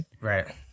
Right